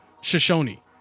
Shoshone